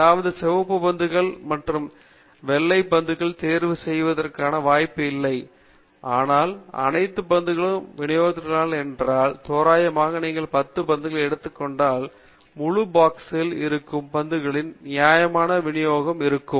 அதாவது சிவப்பு பந்துகள் மற்றும் வெள்ளை பந்துகள் தேர்வு செய்யப்படுவதற்கான வாய்ப்பை வழங்கவில்லை ஆனால் அனைத்து பந்துகளையும் விநியோகிக்கிறீர்கள் என்றால் தோராயமாக நீங்கள் 10 பந்துகள் எடுத்துக் கொண்டால் முழு பாக்ஸில் இருக்கும் பந்துகளில் நியாயமான விநியோகம் இருக்கும்